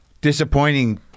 disappointing